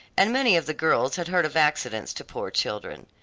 and many of the girls had heard of accidents to poor children.